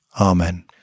Amen